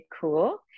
cool